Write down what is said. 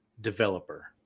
developer